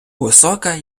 висока